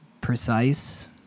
precise